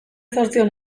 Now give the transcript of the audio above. zortziehun